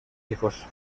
hijos